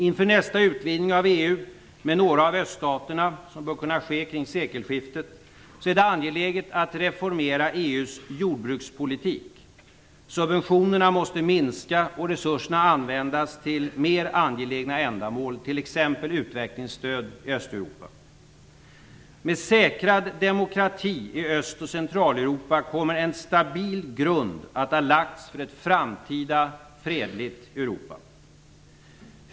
Inför nästa utvidgning av EU med några av öststaterna, som bör kunna ske kring sekelskiftet, är det angeläget att reformera EU:s jordbrukspolitik. Subventionerna måste minska och resurserna användas till mer angelägna ändamål, t.ex. Med säkrad demokrati i Öst och Centraleuropa kommer en stabil grund att ha lagts för ett framtida fredligt Europa.